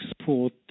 export